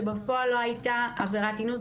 שבפועל לא הייתה עבירת אינוס,